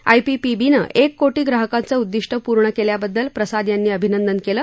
आयपीपीबीनं एक कोटी ग्राहकांचं उद्दिष्ट पूर्ण केल्याबद्दल प्रसाद यांनी अभिनंदन केलं